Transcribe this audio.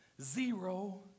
zero